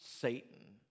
Satan